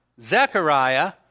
Zechariah